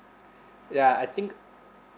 ya I think